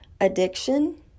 addiction